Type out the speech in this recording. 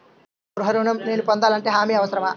గృహ ఋణం నేను పొందాలంటే హామీ అవసరమా?